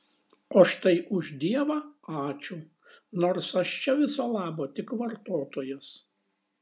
o štai už dievą ačiū nors aš čia viso labo tik vartotojas